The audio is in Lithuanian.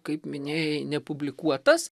kaip minėjai nepublikuotas